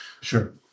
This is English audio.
Sure